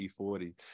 E40